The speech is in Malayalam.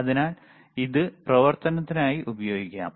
അതിനാൽ ഇത് പ്രവർത്തനത്തിനായി ഉപയോഗിക്കാം